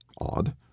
Odd